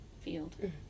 field